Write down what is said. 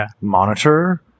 monitor